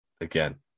again